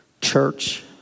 church